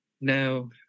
No